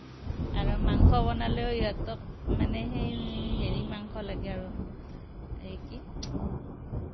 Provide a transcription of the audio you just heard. আৰু মাংস বনালেও ইহঁতক মানে সেই হেৰি মাংস লাগে আৰু এই কি